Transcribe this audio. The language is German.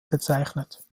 bezeichnet